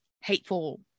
hateful